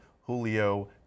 Julio